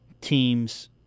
teams